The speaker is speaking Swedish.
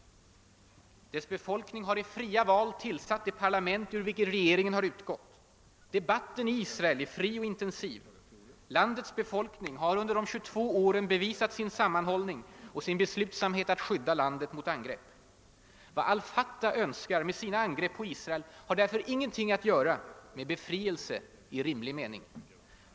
Dess befolkning har i fria val tillsatt det parlament, ur vilket regeringen har utgått. Debatten i Israel är fri och intensiv. Landets befolkning har under de 22 åren bevisat sin sammanhållning och sin beslutsamhet att skydda landet mot angrepp. Vad al Fatah önskar med sina angrepp på Israel har därför ingenting att göra med »befrielse« i rimlig mening.